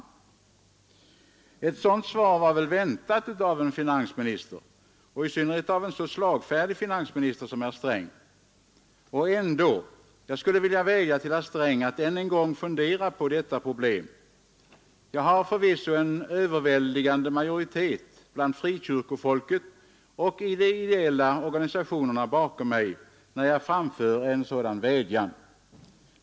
Ett sådant svar var väl väntat av en finansminister — i synnerhet av en så slagfärdig finansminister som herr Sträng. Ändå skulle jag vilja vädja till herr Sträng att än en gång fundera på detta problem. Jag har förvisso en överväldigande majoritet bland frikyrkofolket och i de ideella organisationerna bakom mig, när jag framför en sådan vädjan.